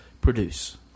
produce